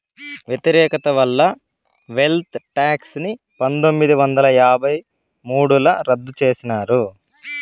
వ్యతిరేకత వల్ల wealth tax ని పందొమ్మిది వందల యాభై మూడుల రద్దు చేసినారు